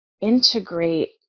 integrate